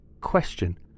Question